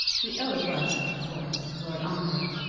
the o. was of course lord ongar,